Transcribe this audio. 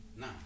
No